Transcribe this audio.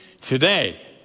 today